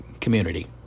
community